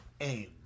AIM